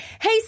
hey